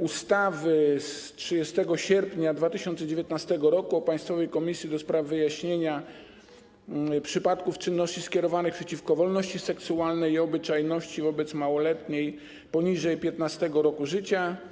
ustawy z dnia 30 sierpnia 2019 r. o Państwowej Komisji do spraw wyjaśniania przypadków czynności skierowanych przeciwko wolności seksualnej i obyczajności wobec małoletniego poniżej 15. roku życia.